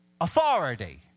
Authority